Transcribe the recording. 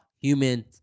human